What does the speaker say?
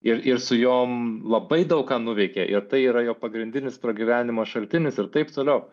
ir ir su jom labai daug ką nuveikė ir tai yra jo pagrindinis pragyvenimo šaltinis ir taip toliau